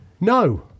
No